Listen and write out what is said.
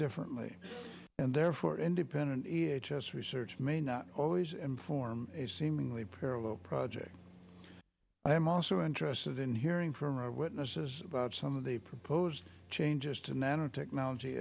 differently and therefore independent research may not always inform a seemingly parallel project i am also interested in hearing from our witnesses about some of the proposed changes to nanotechnology